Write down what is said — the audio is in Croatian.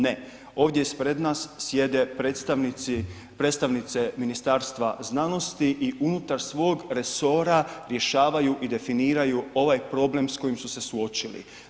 Ne, ovdje ispred nas sjede predstavnici, predstavnice Ministarstva znanosti i unutar svog resora rješavaju i definiraju ovaj problem s kojim su se suočili.